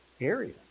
area